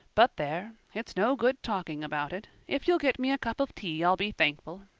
but there, it's no good talking about it. if you'll get me a cup of tea i'll be thankful.